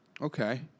Okay